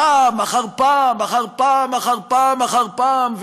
פעם אחר פעם אחר פעם אחר פעם אחר פעם,